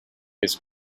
his